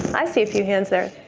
i see a few hands there.